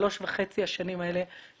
בשלוש השנים וחצי האלה נעשתה